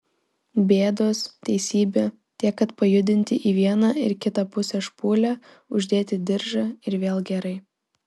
bėdos teisybė tiek kad pajudinti į vieną ir kitą pusę špūlę uždėti diržą ir vėl gerai